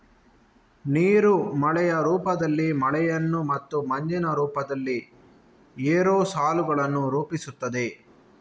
ನೀರು ಮಳೆಯ ರೂಪದಲ್ಲಿ ಮಳೆಯನ್ನು ಮತ್ತು ಮಂಜಿನ ರೂಪದಲ್ಲಿ ಏರೋಸಾಲುಗಳನ್ನು ರೂಪಿಸುತ್ತದೆ